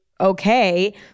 okay